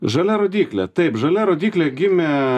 žalia rodyklė taip žalia rodyklė gimė